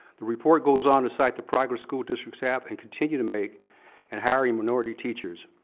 the report goes on to cite the progress school districts have and continue to make in hiring minority teachers.